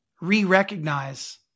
re-recognize